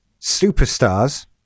superstars